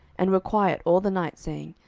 and were quiet all the night, saying,